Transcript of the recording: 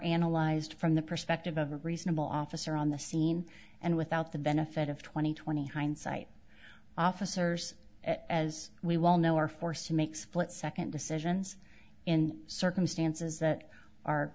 analyzed from the perspective of a reasonable officer on the scene and without the benefit of twenty twenty hindsight officers as we well know are forced to make split second decisions in circumstances that are